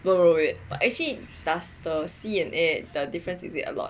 no no wait but actually does the sea and air the difference is it a lot